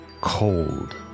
cold